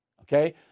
okay